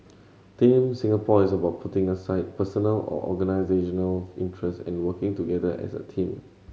Team Singapore is about putting aside personal or organisational interests and working together as a team